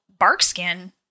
Barkskin